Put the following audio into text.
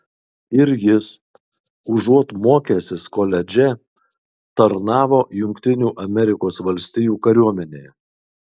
ir jis užuot mokęsis koledže tarnavo jungtinių amerikos valstijų kariuomenėje